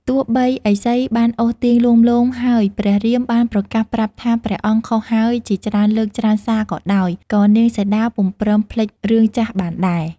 ទោះបីឥសីបានអូសទាញលួងលោមហើយព្រះរាមបានប្រកាសប្រាប់ថាព្រះអង្គខុសហើយជាច្រើនលើកច្រើនសារក៏ដោយក៏នាងសីតាពុំព្រមភ្លេចរឿងចាស់បានដែរ។